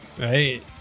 Right